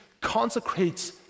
consecrates